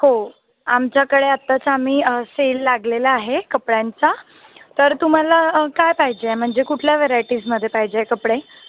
हो आमच्याकडे आत्ताच आम्ही सेल लागलेला आहे कपड्यांचा तर तुम्हाला काय पाहिजे म्हणजे कुठल्या वेरायटीजमध्ये पाहिजे कपडे